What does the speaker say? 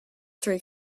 three